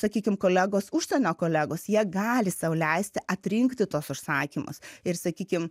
sakykim kolegos užsienio kolegos jie gali sau leisti atrinkti tuos užsakymus ir sakykim